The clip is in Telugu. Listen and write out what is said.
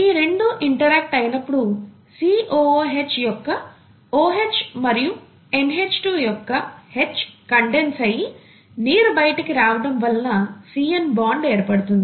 ఈ రెండు ఇంటరాక్ట్ అయినప్పుడు COOH యొక్క OH మరియు NH2 యొక్క H కండెన్స్ అయ్యి నీరు బైటికి రావటం వలన CN బాండ్ ఏర్పడుతుంది